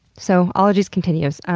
so, ologies continues.